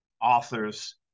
authors